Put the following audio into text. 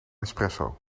espresso